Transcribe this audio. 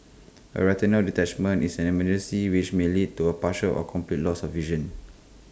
A retinal detachment is an emergency which may lead to A partial or complete loss of vision